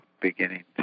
beginning